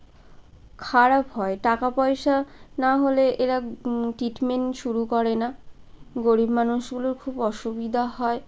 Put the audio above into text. খারাপ হয় টাকা পয়সা না হলে এরা ট্রিটমেন্ট শুরু করে না গরিব মানুষগুলোর খুব অসুবিধা হয়